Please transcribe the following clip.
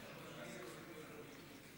13 נתקבלו.